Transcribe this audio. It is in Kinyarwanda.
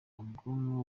ubwonko